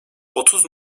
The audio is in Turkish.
otuz